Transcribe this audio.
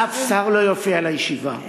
אף שר לא יופיע לישיבה.